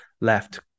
left